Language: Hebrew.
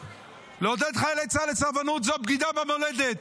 לעודד חיילי צה"ל לסרבנות זו בגידה במולדת.